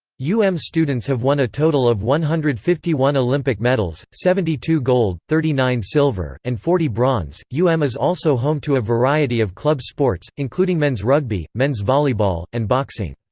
u m students have won a total of one hundred and fifty one olympic medals seventy two gold, thirty nine silver, and forty bronze u m is also home to a variety of club sports, including men's rugby, men's volleyball, and boxing.